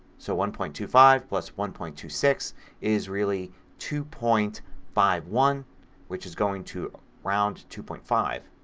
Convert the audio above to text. so one point two five plus one point two six is really two point five one which is going to round to two point five.